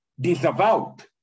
disavowed